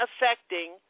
affecting